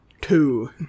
two